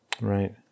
Right